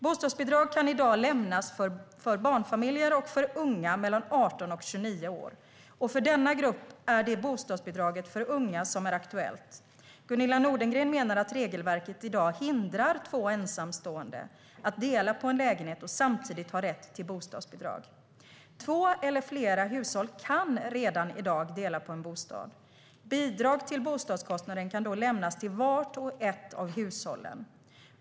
Bostadsbidrag kan i dag lämnas för barnfamiljer och för unga i åldern 18-29 år, och för denna grupp är det bostadsbidraget för unga som är aktuellt. Gunilla Nordgren menar att regelverket i dag hindrar två ensamstående att dela på en lägenhet och samtidigt ha rätt till bostadsbidrag. Två eller flera hushåll kan redan i dag dela på en bostad. Bidrag till bostadskostnaden kan då lämnas till vart och ett av hushållen.